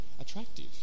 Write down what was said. attractive